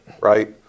Right